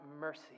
mercy